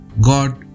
God